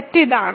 set ഇതാണ്